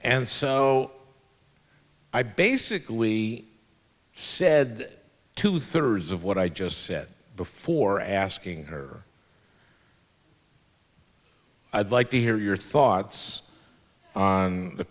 and so i basically said two thirds of what i just said before asking her i'd like to hear your thoughts on the